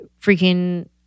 freaking